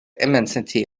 immensity